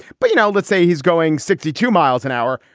but you know let's say he's going sixty two miles an hour.